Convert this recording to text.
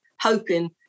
hoping